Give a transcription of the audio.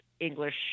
English